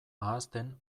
ahazten